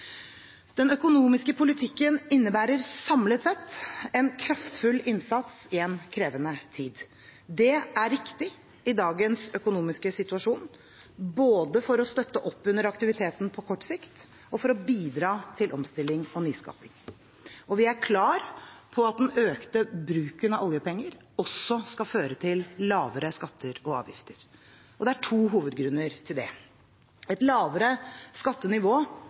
Den økonomiske politikken innebærer samlet sett en kraftfull innsats i en krevende tid. Det er riktig i dagens økonomiske situasjon, både for å støtte opp under aktiviteten på kort sikt og for å bidra til omstilling og nyskaping. Og vi er klar på at den økte bruken av oljepenger også skal føre til lavere skatter og avgifter. Det er to hovedgrunner til dette: Et lavere skattenivå